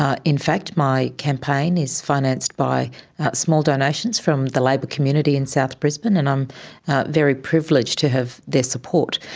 ah in fact, my campaign is financed by small donations from the labor community in south brisbane and i'm very privileged to have their support.